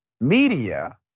media